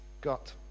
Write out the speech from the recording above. Got